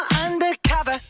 undercover